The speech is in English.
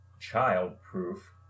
child-proof